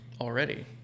already